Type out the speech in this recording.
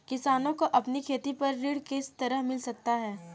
किसानों को अपनी खेती पर ऋण किस तरह मिल सकता है?